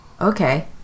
Okay